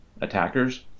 attackers